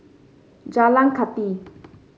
Jalan Kathi